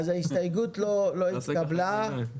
ההסתייגות לא התקבלה,